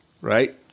right